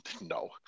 No